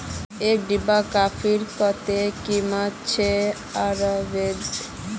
एक डिब्बा कॉफीर कत्ते कीमत छेक अरविंद